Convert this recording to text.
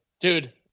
Dude